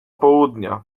południa